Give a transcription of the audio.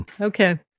Okay